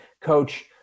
coach